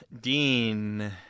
Dean